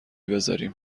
بذاریم